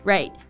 Right